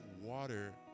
water